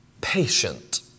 patient